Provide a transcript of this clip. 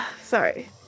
Sorry